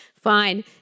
Fine